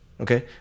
Okay